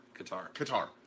Qatar